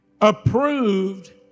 approved